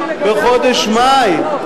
בחודש מאי.